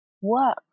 work